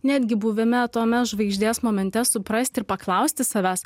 netgi buvime tame žvaigždės momente suprasti ir paklausti savęs